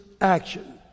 action